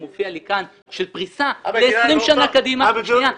מופיע לי כאן לוח סילוקין של פריסה ל-20 שנה קדימה --- שר העבודה,